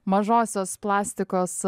mažosios plastikos